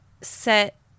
set